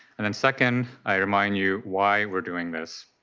and and second, i remind you why we are doing this.